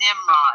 Nimrod